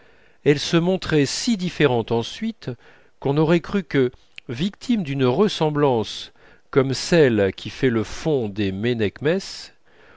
elle se montrait si différente ensuite qu'on aurait cru que victime d'une ressemblance comme celle qui fait le fond des